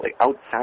outside